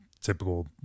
typical